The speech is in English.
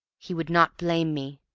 he would not blame me.